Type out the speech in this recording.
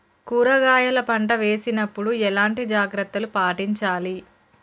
కూరగాయల పంట వేసినప్పుడు ఎలాంటి జాగ్రత్తలు పాటించాలి?